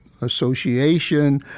Association